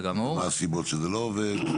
ומהן הסיבות שזה לא עובד?